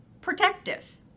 protective